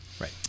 Right